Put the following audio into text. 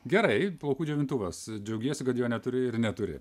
gerai plaukų džiovintuvas džiaugiesi kad jo neturi ir neturi